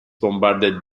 bombarded